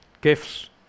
Gifts